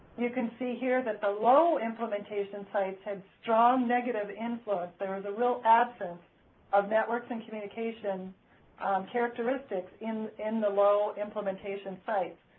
you can see here that the low implementation sites have strong negative influence. theres a real absence of networking communication characteristics in in the low implementation sites,